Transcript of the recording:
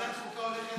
ועדת חוקה הולכת להיות,